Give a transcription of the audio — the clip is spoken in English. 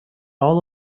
all